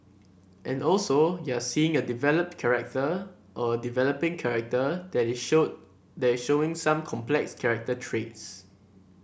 and also you're seeing a developed character or a developing character that is show that is showing some complex character traits